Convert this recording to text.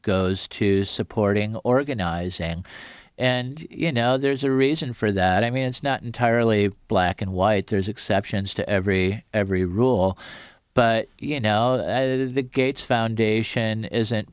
goes to supporting organizing and you know there's a reason for that i mean it's not entirely black and white there's exceptions to every every rule but you know the gates foundation isn't